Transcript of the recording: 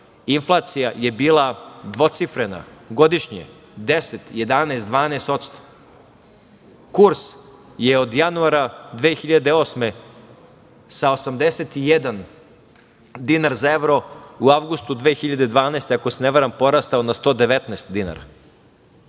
inflacija je bila dvocifrena, godišnje 10, 11, 12%, kurs je od januara 2008. godine sa 81 dinar za evro u avgustu 2012. godine, ako se ne varam, porastao na 119 dinara.